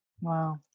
Wow